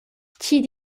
tgi